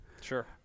sure